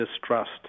distrust